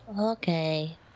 Okay